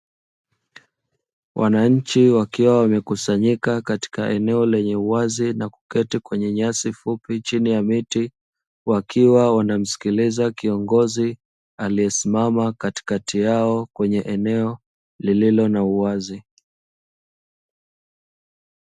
Wananchi wakiwa wamekusanyika katika eneo lenye uwazi na kuketi kwenye nyasi fupi chini ya miti, wakiwa wanamsikiliza kiongozi aliyesimama katikati yao kwenye eneo lililo na uwazi.